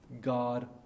God